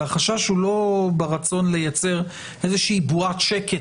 והחשש הוא לא ברצון לייצר איזה בועת שקט